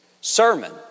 sermon